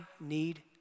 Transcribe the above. need